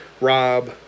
Rob